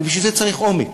אבל בשביל זה צריך אומץ.